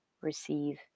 receive